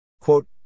Quote